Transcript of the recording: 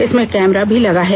इसमें कैमरा भी लगा है